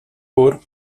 пор